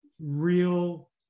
real